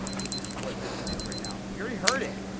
which is what this is right now, but we already heard it!